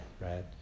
Right